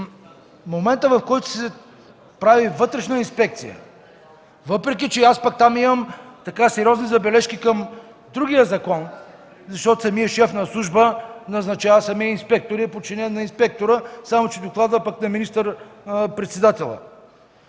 моментът, когато се прави вътрешна инспекция, въпреки че аз там имам сериозни забележки към другия закон, защото самият шеф на служба назначава самия инспектор и е подчинен на инспектора, само че докладът е на министър-председателя.